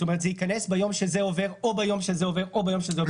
זאת אומרת זה ייכנס ביום שזה עובר או ביום שזה עובר או ביום שזה עובר.